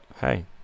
hey